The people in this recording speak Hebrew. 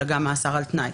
אלא גם מאסר על תנאי,